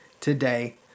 today